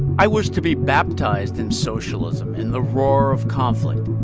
i wish to be baptized in socialism, in the roar of conflict.